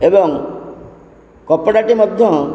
ଏବଂ କପଡ଼ାଟି ମଧ୍ୟ